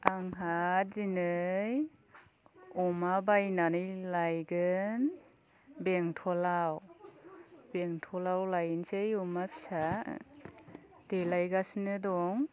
आंहा दिनै अमा बायनानै लायगोन बेंटलाव बेंटलाव लायनोसै अमा फिसा देलायगासिनो दं